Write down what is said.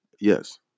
Yes